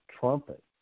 trumpet